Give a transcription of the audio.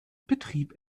betrieb